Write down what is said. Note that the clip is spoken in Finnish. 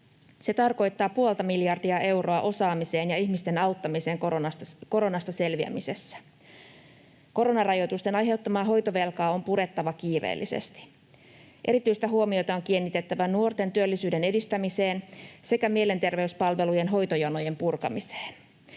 Se tarkoittaa puolta miljardia euroa osaamiseen ja ihmisten auttamiseen koronasta selviämisessä. Koronarajoitusten aiheuttamaa hoitovelkaa on purettava kiireellisesti. Erityistä huomiota on kiinnitettävä nuorten työllisyyden edistämiseen sekä mielenterveyspalvelujen hoitojonojen purkamiseen.